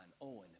Owen